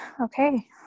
Okay